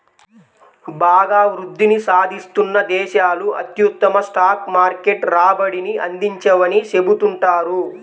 బాగా వృద్ధిని సాధిస్తున్న దేశాలు అత్యుత్తమ స్టాక్ మార్కెట్ రాబడిని అందించవని చెబుతుంటారు